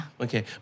Okay